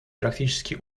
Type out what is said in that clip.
практически